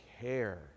care